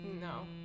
No